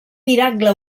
miracle